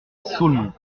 ceaulmont